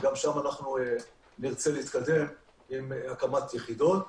וגם שם אנחנו נרצה להתקדם עם הקמת יחידות.